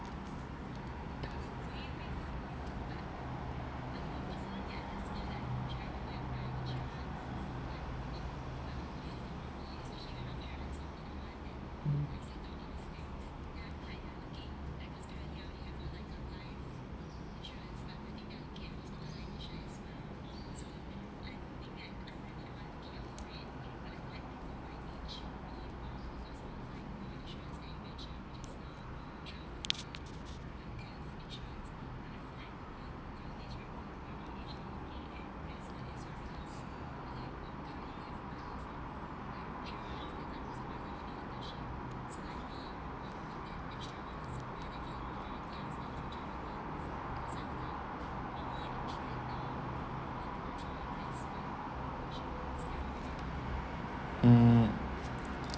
hmm